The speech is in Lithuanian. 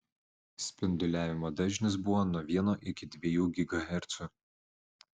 spinduliavimo dažnis buvo nuo vieno iki dviejų gigahercų